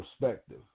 perspective